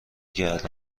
کرده